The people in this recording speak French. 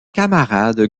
camarade